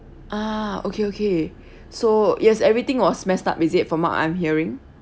ah okay okay so yes everything was messed up with it from what I'm hearing